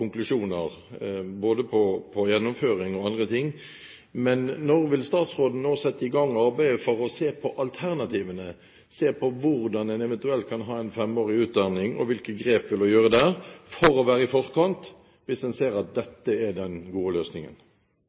gjennomføring og andre ting, men når vil statsråden sette i gang arbeidet for å se på alternativene, se på hvordan en eventuelt kan ha en femårig utdanning? Hvilke grep vil hun gjøre for å være i forkant hvis en ser at dette er den gode løsningen?